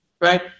right